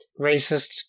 racist